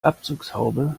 abzugshaube